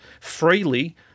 freely